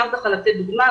לדוגמה,